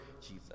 Jesus